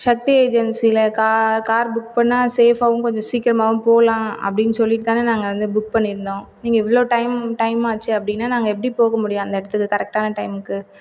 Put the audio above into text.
சக்தி ஏஜென்சியில car car book பண்ணால் சேஃபாகவும் கொஞ்சம் சீக்கிரமாகவும் போகலாம் அப்படின்னு சொல்லிவிட்டு தானே நாங்கள் வந்து புக் பண்ணிருந்தோம் நீங்கள் இவ்ளோ டைம் டைம் ஆச்சு அப்படின்னா நாங்கள் எப்படி போக முடியும் அந்த இடத்துக்கு கரெக்டான டைமுக்கு